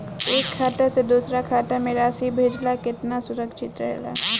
एक खाता से दूसर खाता में राशि भेजल केतना सुरक्षित रहेला?